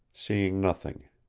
seeing nothing.